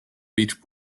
beach